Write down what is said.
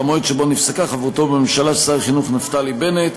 במועד שבו נפסקה חברותו בממשלה של שר החינוך נפתלי בנט,